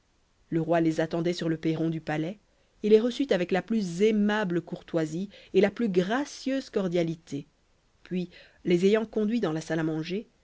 le roi les attendait sur le perron du palais et les reçut avec la plus aimable courtoisie et la plus gracieuse cordialité puis les ayant conduits dans la salle à manger